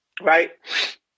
right